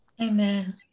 Amen